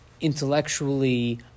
intellectually